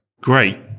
Great